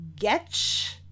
Getch